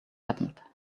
happened